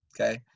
okay